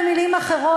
במילים אחרות,